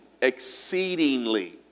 exceedingly